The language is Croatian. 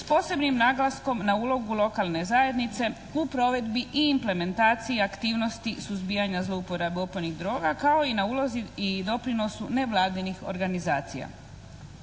s posebnim naglaskom na ulogu lokalne zajednice u provedbi i implementaciji aktivnosti suzbijanja zlouporabe opojnih droga kao i na ulozi i doprinosu nevladinih organizacija.